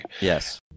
yes